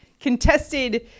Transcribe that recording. contested